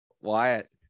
Wyatt